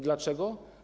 Dlaczego?